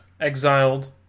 exiled